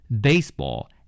baseball